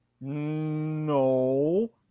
No